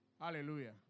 Hallelujah